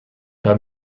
pas